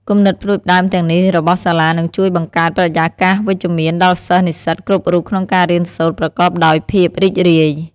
គំនិតផ្តួចផ្តើមទាំងនេះរបស់សាលានឹងជួយបង្កើតបរិយាកាសវិជ្ជមានដល់សិស្សនិស្សិតគ្រប់រូបក្នុងការរៀនសូត្រប្រកបដោយភាពរីករាយ។